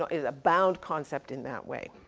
is a bound concept in that way.